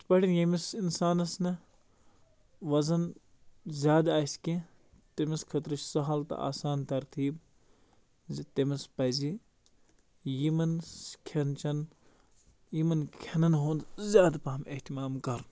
یِتھٕ پٲٹھٮ۪ن ییٚمِس اِنسانَس نہٕ وَزَن زیادٕ آسہِ کیٚنٛہہ تٔمِس خٲطرٕ چھُ سَہَل تہٕ آسان ترتیٖب زِ تٔمِس پَزِ یِمَن کھٮ۪ن چٮ۪ن یِمَن کھٮ۪نَن ہُنٛد زیادٕ پَہم احتمام کَرُن